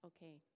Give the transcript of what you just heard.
Okay